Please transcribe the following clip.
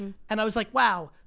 and i was like wow,